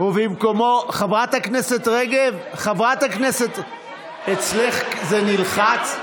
חברת הכנסת רגב, אצלך זה נלחץ?